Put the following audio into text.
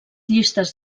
llistes